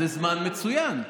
זה זמן מצוין.